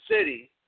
City